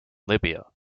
libya